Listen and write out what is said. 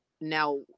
now